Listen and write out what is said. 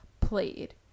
played